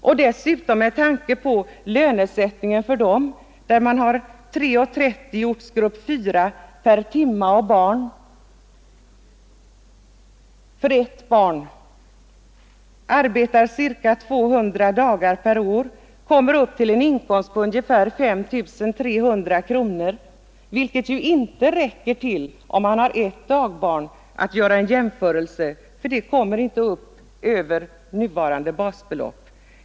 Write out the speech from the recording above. Om man tar reda på lönesättningen för dem, finner man att de har 3:30 per timme och barn i ortsgrupp 4 och arbetar ca 200 dagar per år och kommer upp till en inkomst på ungefär 5 300 kronor, vilket inte räcker, om man har ett dagbarn, för att göra en jämförelse, eftersom de inte kommer upp över nuvarande basbelopp.